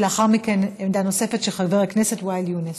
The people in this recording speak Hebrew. לאחר מכן, עמדה נוספת של חבר הכנסת ואאל יונס.